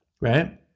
Right